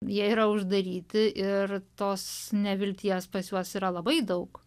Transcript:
jie yra uždaryti ir tos nevilties pas juos yra labai daug